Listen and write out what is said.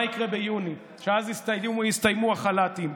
מה יקרה ביוני, שאז יסתיימו החל"תים.